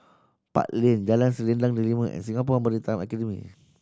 Park Lane Jalan Selendang Delima and Singapore Maritime Academy